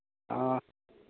हाँ